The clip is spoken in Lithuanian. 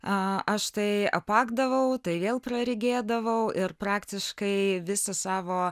aš tai apakdavau tai vėl praregėdavau ir praktiškai visą savo